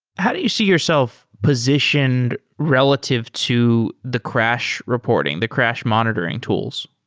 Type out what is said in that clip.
how do you see yourself positioned relative to the crash reporting, the crash monitoring tools?